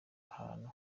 hantu